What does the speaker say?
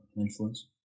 influence